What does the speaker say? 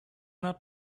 not